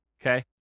okay